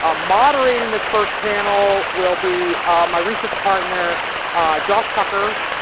ah moderating this first panel will be my research partner josh tucker